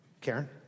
Karen